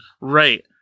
right